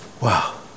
wow